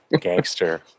gangster